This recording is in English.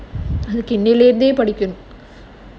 இன்னைல இருந்தே படிக்கனும்:innaila irunthae padikkanum